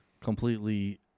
completely